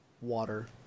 Water